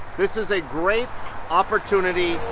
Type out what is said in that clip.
this is a great opportunity.